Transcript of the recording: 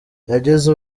yageze